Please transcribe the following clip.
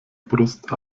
brust